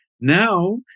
Now